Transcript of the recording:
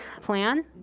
plan